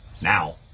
Now